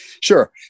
sure